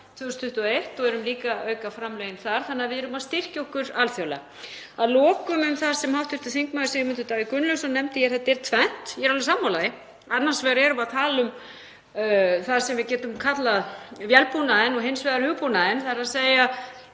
2021 og erum líka að auka framlögin þar, þannig að við erum að styrkja okkur alþjóðlega. Að lokum um það sem hv. þm. Sigmundur Davíð Gunnlaugsson nefndi. Þetta er tvennt, ég er alveg sammála því. Annars vegar erum við að tala um það sem við getum kallað vélbúnaðinn og hins vegar hugbúnaðinn, þ.e. hina